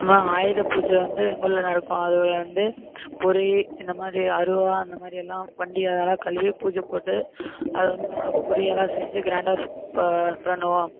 சும்மா ஆயுத பூஜை வந்து எங்கள் ஊரில் நடக்கும் அதில் வந்து பொரி இந்தமாதிரி அறுவாள் அந்தமாதிரி எல்லாம் வண்டி அதெல்லாம் கழுவி பூஜை போட்டு அது வந்து நல்லா பொரியெல்லாம் செஞ்சு கிராண்டாக பண்ணுவோம்